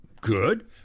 Good